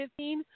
2015